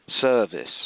service